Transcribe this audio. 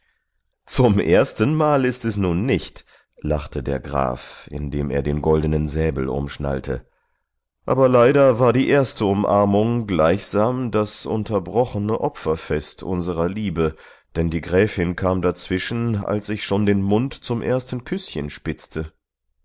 zum erstenmal ist es nun nicht lachte der graf indem er den goldenen säbel umschnallte aber leider war die erste umarmung gleichsam das unterbrochene opferfest unserer liebe denn die gräfin kam dazwischen als ich schon den mund zum ersten küßchen spitzte